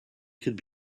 could